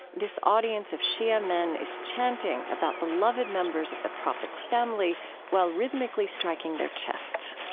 this audience of shia men is chanting about beloved members of the prophet's family while rhythmically striking their chests